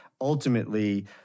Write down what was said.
ultimately